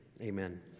Amen